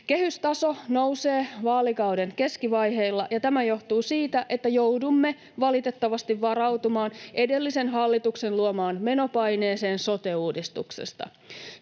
Kehystaso nousee vaalikauden keskivaiheilla, ja tämä johtuu siitä, että joudumme valitettavasti varautumaan edellisen hallituksen luomaan menopaineeseen sote-uudistuksesta.